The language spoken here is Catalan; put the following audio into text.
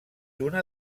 una